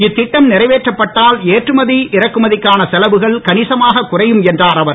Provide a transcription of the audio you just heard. இந்த திட்டம் நிறைவேற்றப்பட்டால் ஏற்றுமதி இறக்குமதிக்கான செலவுகள் கனிசமாக குறையும் என்றார் அவர்